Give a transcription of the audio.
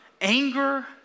anger